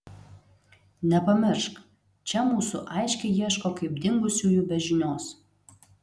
nepamiršk čia mūsų aiškiai ieško kaip dingusiųjų be žinios